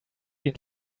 ihn